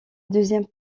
deuxième